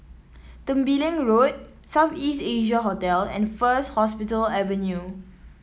Tembeling Road South East Asia Hotel and First Hospital Avenue